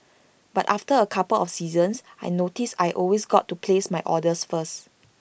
but after A couple of seasons I noticed I always got to place my orders first